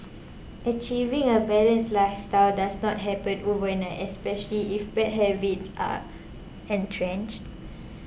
achieving a balanced lifestyle does not happen overnight especially if bad habits are entrenched